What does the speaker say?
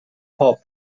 hop